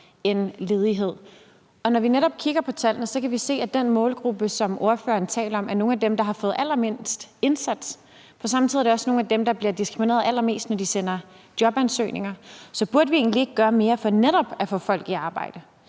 end ledighed. Og når vi netop kigger på tallene, kan vi se, at den målgruppe, som ordføreren taler om, er nogle af dem, der har fået allermindst indsats, og samtidig er det også nogle af dem, der bliver diskrimineret allermest, når de sender jobansøgninger. Så burde vi egentlig ikke gøre mere for netop at få folk i arbejde,